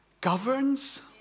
governs